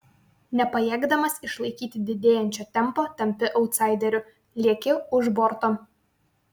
nepajėgdamas išlaikyti didėjančio tempo tampi autsaideriu lieki už borto